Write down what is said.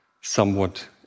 somewhat